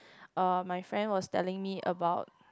uh my friend was telling me about